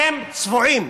אתם צבועים.